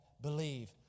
believe